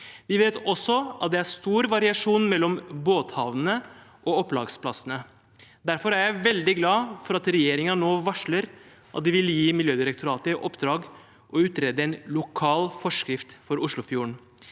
Vi vet også at det er stor variasjon mellom båthavnene og opplagsplassene. Derfor er jeg veldig glad for at regjeringen nå varsler at de vil gi Miljødirektoratet i oppdrag å utrede en lokal forskrift for Oslofjorden.